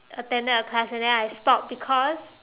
attended a class and then I stop because